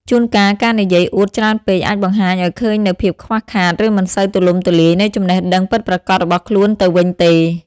ជួនកាល ការនិយាយអួតច្រើនពេកអាចបង្ហាញឱ្យឃើញនូវភាពខ្វះខាត ឬមិនសូវទូលំទូលាយនៃចំណេះដឹងពិតប្រាកដរបស់ខ្លួនទៅវិញទេ។